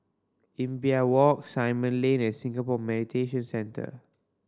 Imbiah Walk Simon Lane and Singapore Mediation Centre